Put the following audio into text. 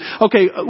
okay